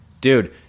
Dude